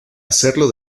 hacerlo